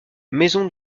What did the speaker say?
maison